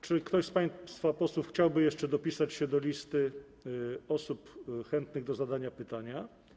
Czy ktoś z państwa posłów chciałby jeszcze dopisać się do listy osób chętnych do zadania pytania?